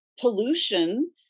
pollution